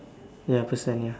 ya percent ya